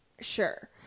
sure